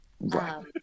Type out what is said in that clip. Right